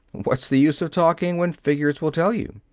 what's the use of talking when figures will tell you.